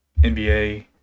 NBA